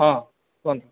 ହଁ କୁହନ୍ତୁ